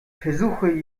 versuche